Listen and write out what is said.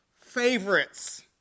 favorites